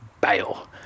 bail